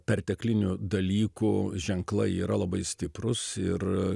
perteklinių dalykų ženklai yra labai stiprūs ir